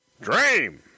Dream